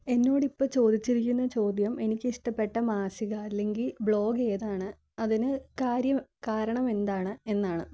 എന്നോടു ഇപ്പം ചോദിച്ചിരിക്കുന്ന ചോദ്യം എനിക്കിഷ്ടപ്പെട്ട മാസിക അല്ലെങ്കിൽ ബ്ലോഗ് ഏതാണ് അതിനു കാര്യം കാരണമെന്താണ് എന്നാണ്